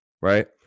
Right